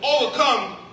Overcome